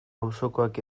auzokoak